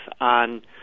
on